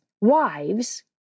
wives